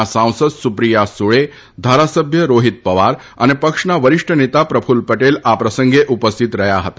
ના સાંસદ સુપ્રિથા સુળે ધારાસભ્ય રોહિત પવાર અને પક્ષના વરિષ્ઠ નેતા પ્રફલ્લ પટેલ આ પ્રસંગે ઉપસ્થિત રહ્યા હતા